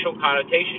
connotation